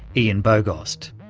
ian bogost.